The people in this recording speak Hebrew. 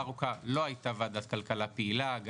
ארוכה לא הייתה ועדת כלכלה פעילה,